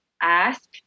ask